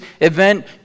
event